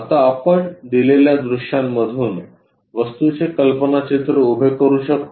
आता आपण दिलेल्या दृश्यांमधून वस्तूचे कल्पनाचित्र उभे करू शकतो